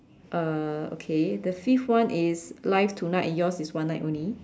uh okay the fifth one is live tonight and yours is one night only